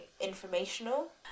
informational